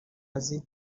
aziya